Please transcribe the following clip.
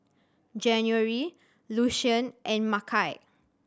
January Lucien and Makai